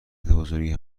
بزرگی